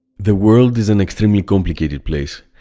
the world is an extremely complicated place.